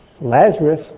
Lazarus